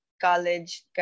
college